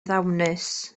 ddawnus